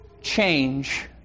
change